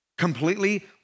completely